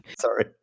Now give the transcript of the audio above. Sorry